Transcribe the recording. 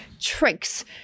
tricks